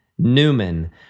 Newman